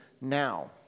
now